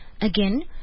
Again